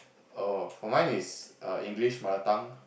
oh for mine is err English mother tongue